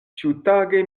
ĉiutage